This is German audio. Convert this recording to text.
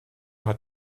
hat